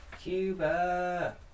Cuba